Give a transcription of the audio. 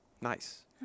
Nice